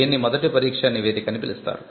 దీనిని మొదటి పరీక్ష నివేదిక అని పిలుస్తారు